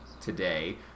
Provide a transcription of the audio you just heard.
today